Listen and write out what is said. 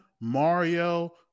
Mario